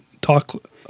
talk